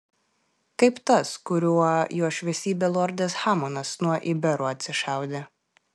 kaip tas kuriuo jo šviesybė lordas hamonas nuo iberų atsišaudė